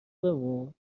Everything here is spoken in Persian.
بمون